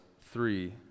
three